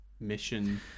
mission